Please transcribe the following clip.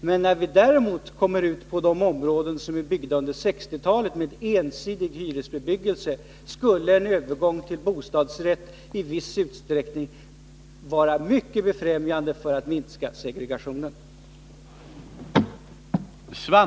Men i de områden med ensidig hyresbebyggelse som kom till under 1960-talet skulle en övergång till bostadsrätt i viss utsträckning bidra till en minskad segregation.